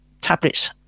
tablets